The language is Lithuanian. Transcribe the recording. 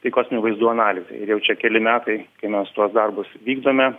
tai kosminių vaizdų analizė ir jau čia keli metai kai mes tuos darbus vykdome